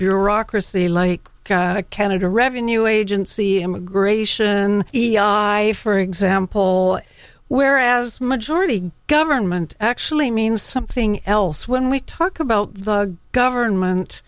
bureaucracy like god a canada revenue agency immigration i for example where as majority government actually means something else when we talk about the a government